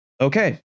Okay